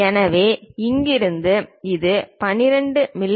எனவே இங்கிருந்து இது 22 மி